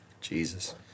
Jesus